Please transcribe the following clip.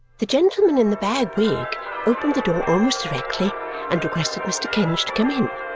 the gentleman in the bag wig opened the door almost directly and requested mr. kenge to come in.